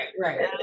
right